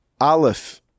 Aleph